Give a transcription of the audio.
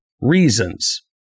reasons